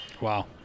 Wow